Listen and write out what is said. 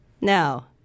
Now